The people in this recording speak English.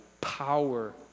power